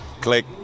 click